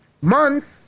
month